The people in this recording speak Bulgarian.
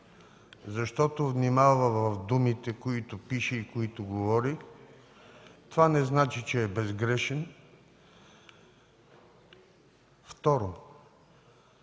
защото внимава в думите, които пише и говори. Това не означава, че е безгрешен. Второ,